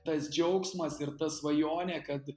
tas džiaugsmas ir ta svajonė kad